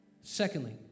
Secondly